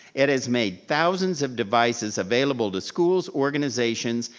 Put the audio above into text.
it has made thousands of devices available to schools, organizations,